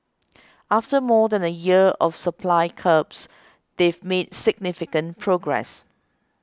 after more than a year of supply curbs they've made significant progress